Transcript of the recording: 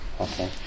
Okay